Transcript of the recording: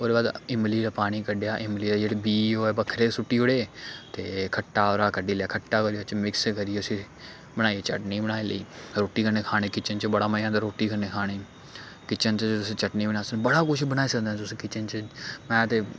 ओह्दे बाद इमली दा पानी कड्ढेआ इमली दा जेह्ड़े बीऽ होऐ बक्खरे सुट्टी ओड़े ते खट्टा ओह्दा कड्ढी लेआ खट्टा मिक्स करियै उसी बनाइयै चटनी बनाई लेई रुट्टी कन्नै खाने किचन च बड़ा मज़ा आंदा रुट्टी कन्नै खाने किचन च चटनी बनाई सकनें बड़ा कुछ बनाई सकदे तुस किचन च में ते